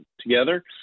together